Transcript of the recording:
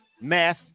Math